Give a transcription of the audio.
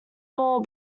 more